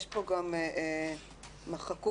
גם מחקו,